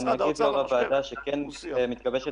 אני אגיד ליו"ר הוועדה שכן מתגבשת